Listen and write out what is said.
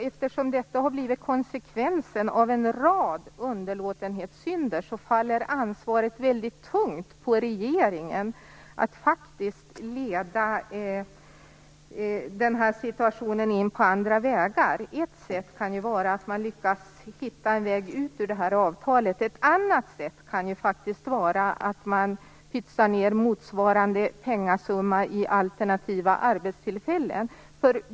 Eftersom detta har blivit konsekvensen av en rad underlåtenhetssynder faller ansvaret mycket tungt på regeringen att faktiskt leda den här situationen in på andra vägar. Ett sätt kan ju vara att man lyckas hitta en väg ut ur det här avtalet. Ett annat sätt kan ju faktiskt vara att man pytsar ned motsvarande penningsumma i alternativa arbetstillfällen.